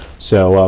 so,